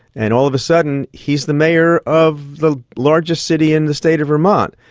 and all of a sudden he is the mayor of the largest city in the state of vermont.